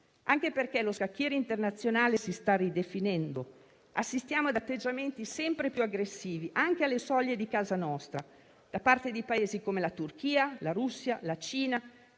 Anche perché lo scacchiere internazionale si sta ridefinendo. Assistiamo ad atteggiamenti sempre più aggressivi, anche alle soglie di casa nostra, da parte di Paesi come la Turchia, la Russia, la Cina,